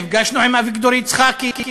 נפגשנו עם אביגדור יצחקי,